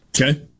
Okay